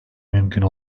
mümkün